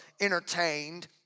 entertained